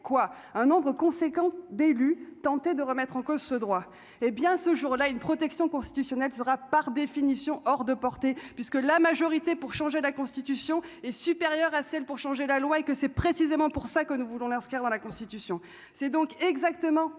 quoi un nombre conséquent d'élus tentés de remettre en cause ce droit, hé bien ce jour là une protection constitutionnelle sera par définition hors de portée, puisque la majorité pour changer la Constitution est supérieure à celle pour changer la loi et que c'est précisément pour ça que nous voulons l'inscrire dans la Constitution, c'est donc exactement